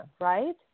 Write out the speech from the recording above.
right